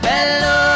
Hello